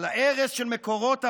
על ההרס של מקורות המים,